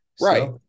Right